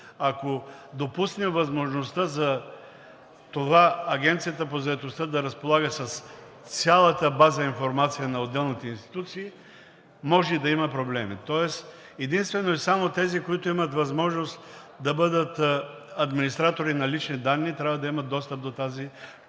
ако допуснем възможността за това Агенцията по заетостта да разполага с цялата база от информация на отделните институции, може да има проблеми. Единствено и само тези, които имат възможност да бъдат администратори на лични данни, трябва да имат достъп до тази чувствителна